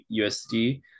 USD